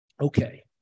Okay